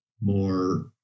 more